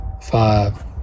five